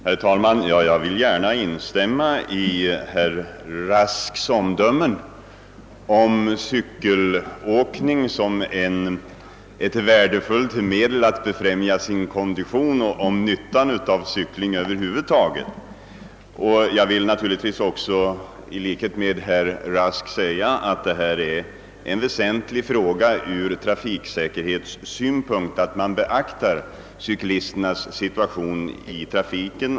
Herr talman! Jag vill gärna instämma i herr Rasks omdöme att cykelåkning är ett värdefullt medel när det gäller att befrämja konditionen och att cykling är nyttigt över huvud taget. Jag anser naturligtvis också, i likhet med herr Rask, att det är väsentligt ur trafiksäkerhetssynpunkt att man beaktar cyklisternas situation i trafiken.